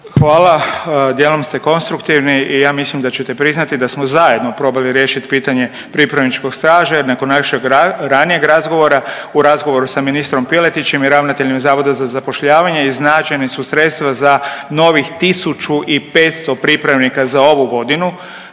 Hvala, djelom ste konstruktivni i ja mislim da ćete priznati da smo zajedno probali riješiti pitanje pripravničkog staža jer nakon našeg ranijeg razgovora u razgovoru sa ministrom Piletićem i ravnateljem zavoda za zapošljavanje iznađena su sredstva za novih tisuću i 500 pripravnika za ovu godinu,